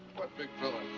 what big fella?